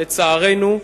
לצערנו,